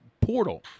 portal